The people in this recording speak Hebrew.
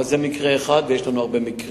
זה מקרה אחד, אבל יש לנו הרבה מקרים.